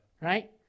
right